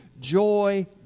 joy